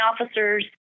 officers